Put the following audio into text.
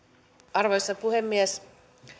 arvoisa puhemies